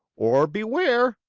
or beware!